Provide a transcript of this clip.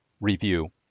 Review